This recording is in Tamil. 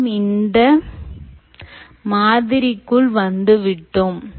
நாம் இந்த மாதிரிக்குள் வந்து விட்டோம்